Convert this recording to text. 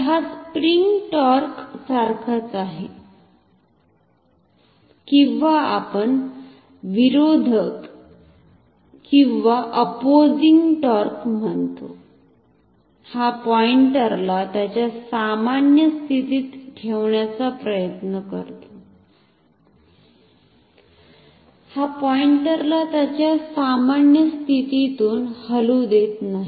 तर हा spring torque सारखाच आहे किंवा आपण विरोधकअपोझिंग टॉर्क म्हणतो हा पॉइंटरला त्याच्या सामान्य स्थितीत ठेवण्याचा प्रयत्न करतो हा पॉईंटरला त्याच्या सामान्य स्थितीतुन हलु देत नाही